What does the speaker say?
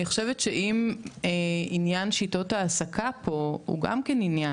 אני חושבת שגם עניין שיטות ההעסקה הוא עניין.